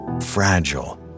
fragile